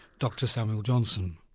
dr samuel johnson.